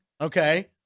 okay